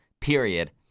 Period